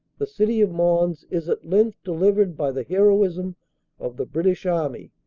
the city of mons is at length delivered by the heroism of the british army,